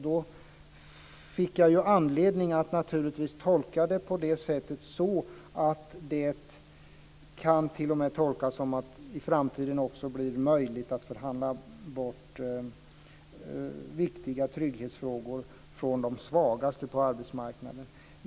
Då fick jag naturligtvis anledning att tolka det så att det i framtiden t.o.m. blir möjligt att förhandla bort viktiga trygghetsfrågor från de svagaste på arbetsmarknaden.